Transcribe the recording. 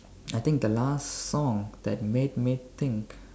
I think the last song that made me think